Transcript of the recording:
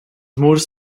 murs